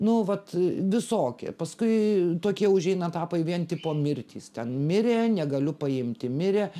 nu vat visokie paskui tokie užeina etapai vien tipo mirtys ten mirė negaliu paimti mirė